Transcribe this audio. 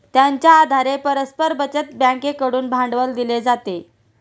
त्यांच्या आधारे परस्पर बचत बँकेकडून भांडवल दिले जाते